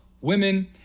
women